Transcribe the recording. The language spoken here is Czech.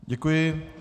Děkuji.